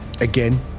again